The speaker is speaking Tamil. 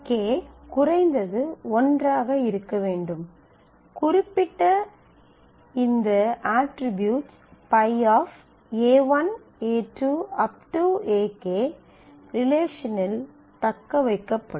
k குறைந்தது ஒன்றாக இருக்க வேண்டும் குறிப்பிடப்பட்ட இந்த அட்ரிபியூட்ஸ் Π A1 A2 Ak ரிலேஷனில் தக்கவைக்கப்படும்